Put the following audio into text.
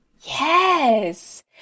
Yes